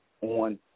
on